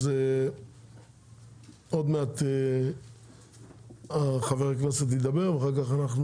אז עוד מעט חבר הכנסת ידבר ואחר כך אנחנו